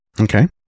Okay